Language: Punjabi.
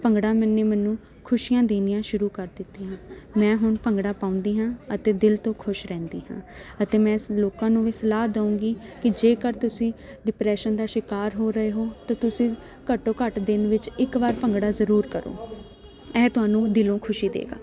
ਭੰਗੜਾ ਨੇ ਮੈਨੂੰ ਖੁਸ਼ੀਆਂ ਦੇਣੀਆਂ ਸ਼ੁਰੂ ਕਰ ਦਿੱਤੀਆਂ ਮੈਂ ਹੁਣ ਭੰਗੜਾ ਪਾਉਂਦੀ ਹਾਂ ਅਤੇ ਦਿਲ ਤੋਂ ਖੁਸ਼ ਰਹਿੰਦੀ ਹਾਂ ਅਤੇ ਮੈਂ ਇਸ ਲੋਕਾਂ ਨੂੰ ਵੀ ਸਲਾਹ ਦਊਂਗੀ ਕਿ ਜੇਕਰ ਤੁਸੀਂ ਡਿਪਰੈਸ਼ਨ ਦਾ ਸ਼ਿਕਾਰ ਹੋ ਰਹੇ ਹੋ ਤਾਂ ਤੁਸੀਂ ਘੱਟੋ ਘੱਟ ਦਿਨ ਵਿੱਚ ਇੱਕ ਵਾਰ ਭੰਗੜਾ ਜ਼ਰੂਰ ਕਰੋ ਇਹ ਤੁਹਾਨੂੰ ਦਿਲੋਂ ਖੁਸ਼ੀ ਦਵੇਗਾ